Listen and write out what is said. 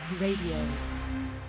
Radio